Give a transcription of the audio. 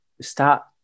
start